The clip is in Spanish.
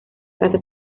casa